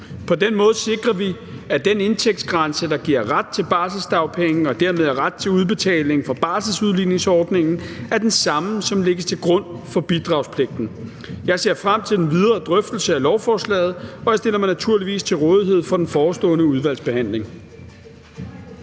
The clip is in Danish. På den måde sikrer vi, at den indtægtsgrænse, der giver ret til barselsdagpenge og dermed ret til udbetaling fra barselsudligningsordningen, er den samme, som lægges til grund for bidragspligten. Jeg ser frem til den videre drøftelse af lovforslaget, og jeg stiller mig naturligvis til rådighed for den forestående udvalgsbehandling.